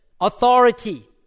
Authority